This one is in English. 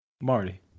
Marty